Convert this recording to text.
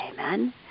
amen